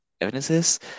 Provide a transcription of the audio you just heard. evidences